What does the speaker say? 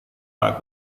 pak